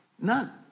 None